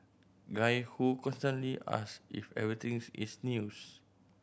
guy who constantly ask if everythings is news